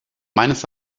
meines